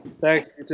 thanks